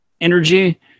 energy